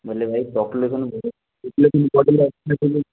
ବୋଲେ ଭାଇ population population ବଢ଼ିଲେ ଅଟୋମେଟିକ୍